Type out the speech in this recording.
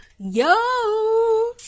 Yo